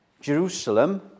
Jerusalem